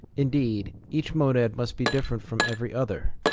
indeed, each monad must be different from every other.